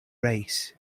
race